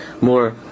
more